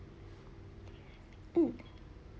um